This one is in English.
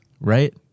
Right